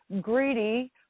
greedy